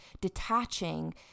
detaching